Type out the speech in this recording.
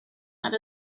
that